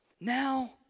Now